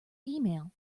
email